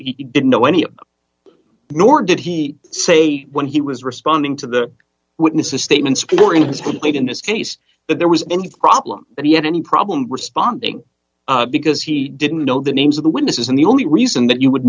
he didn't know any of nor did he say when he was responding to the witness a statement scoring has been made in this case that there was any problem that he had any problem responding because he didn't know the names of the witnesses and the only reason that you would